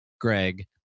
Greg